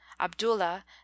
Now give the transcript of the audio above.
Abdullah